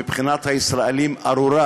מבחינת הישראלים ארורה,